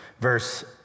Verse